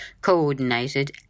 coordinated